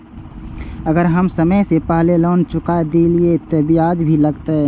अगर हम समय से पहले लोन चुका देलीय ते ब्याज भी लगते?